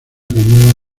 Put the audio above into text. cañada